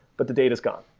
but the data gone.